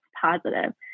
positive